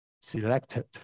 selected